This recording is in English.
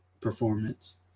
performance